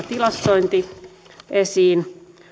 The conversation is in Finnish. tilastointi esiin